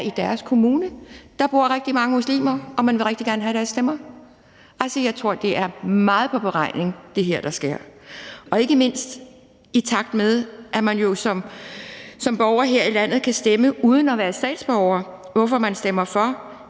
i deres kommune bor der rigtig mange muslimer, og man vil rigtig gerne have deres stemmer. Altså, jeg tror, at det her, der sker, er meget på beregning, ikke mindst i takt med at man jo som borger her i landet kan stemme uden at være statsborger, hvorfor det, man stemmer for,